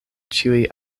ĉiuj